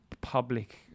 public